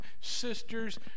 sisters